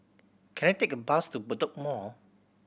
can I take a bus to Bedok Mall